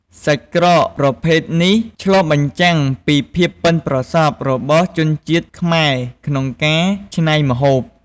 សាច់ក្រកប្រភេទនេះឆ្លុះបញ្ចាំងពី ភាពប៉ិនប្រសប់ របស់ជនជាតិខ្មែរក្នុងការច្នៃម្ហូប។